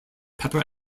pepper